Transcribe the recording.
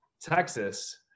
Texas